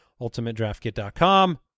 ultimatedraftkit.com